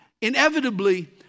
inevitably